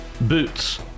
Boots